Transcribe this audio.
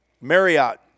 Marriott